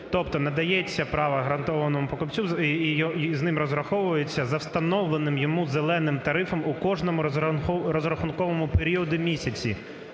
Тобто надається право гарантованому покупцю і з ним розраховуються за встановленим йому "зеленим" тарифом у кожному розрахунковому періоду місяця.